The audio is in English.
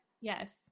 Yes